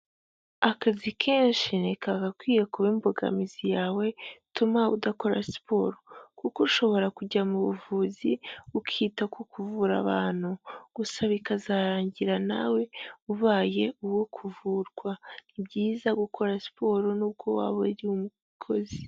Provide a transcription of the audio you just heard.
Akazi kenshi ntikagakwiye kuba imbogamizi yawe ituma udakora siporo kuko ushobora kujya mu buvuzi ukita ku kuvura abantu, gusa bikazarangira nawe ubaye uwo kuvurwa. Ni byiza gukora siporo nubwo waba uri umukozi.